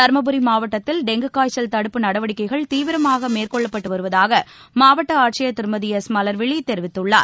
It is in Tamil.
தர்மபுரி மாவட்டத்தில் டெங்கு காய்ச்சல் தடுப்பு நடவடிக்கைகள் தீவிரமாக மேற்கொள்ளப்பட்டு வருவதாக மாவட்ட ஆட்சியர் திருமதி எஸ் மலர்விழி தெரிவித்துள்ளார்